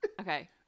Okay